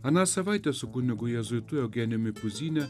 aną savaitę su kunigu jėzuitu eugenijumi puzyne